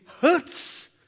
hurts